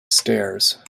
stairs